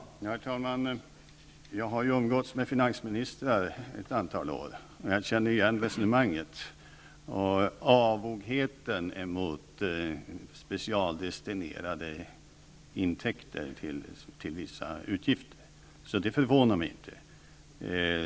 Herr talman! Jag har ju umgåtts med finansministrar ett antal år. Jag känner igen resonemanget och avogheten mot specialdestinerade intäkter till vissa utgifter. Så det förvånar mig inte.